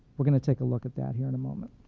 we're going to take a look at that here in a moment.